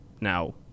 Now